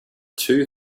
two